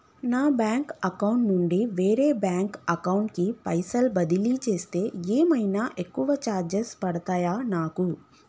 నా bank account నుండి వేరే బ్యాంక్ అకౌంట్ కి పైసల్ బదిలీ చేస్తే ఏమైనా ఎక్కువ చార్జెస్ పడ్తయా నాకు?